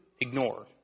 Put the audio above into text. ignore